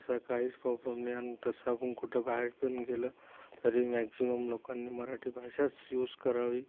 तसा काहीच प्रॉब्लेम नाही आणि तसं आपण कुठं बाहेर पण गेलं तरी मॅक्झिमम लोकांनी मराठी भाषाच युज करावी